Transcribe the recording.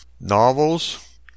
novels